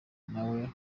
nawe